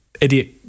idiot